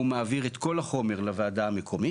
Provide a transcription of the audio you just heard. הוא מעביר את כל החומר לוועדה המקומית.